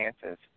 chances